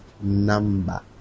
number